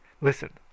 Listen